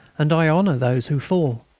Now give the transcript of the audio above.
and i honour those who fall.